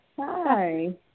Hi